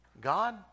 God